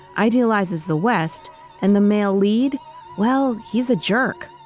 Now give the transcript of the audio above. idealizes the west and the male lead well, he's a jerk,